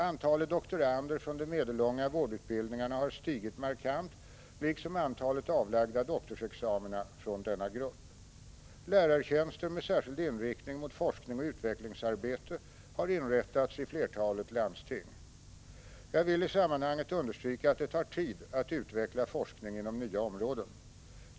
Antalet doktorander från de medellånga vårdutbildningarna har stigit markant liksom antalet avlagda doktorsexamina från denna grupp. Lärartjänster med särskild inriktning mot forskning och utvecklingsarbete har inrättats i flertalet landsting. Jag vill i sammanhanget understryka att det tar tid att utveckla forskning inom nya områden.